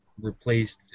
replaced